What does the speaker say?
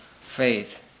faith